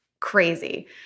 Crazy